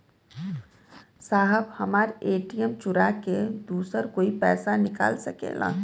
साहब हमार ए.टी.एम चूरा के दूसर कोई पैसा निकाल सकेला?